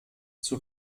zur